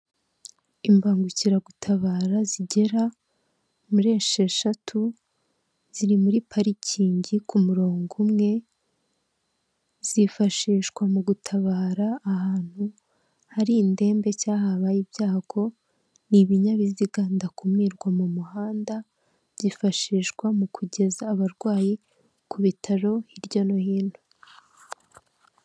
Aha ndahabona ibintu bigiye bitandukanye aho ndimo kubona abantu bagiye batandukanye, imodoka ndetse ndikubona moto zigiye zitandukanye, kandi nkaba ndimo ndabona na rifani zigiye zitandukanye, ndetse kandi nkaba ndimo kuhabona n'umuhanda wa kaburimbo.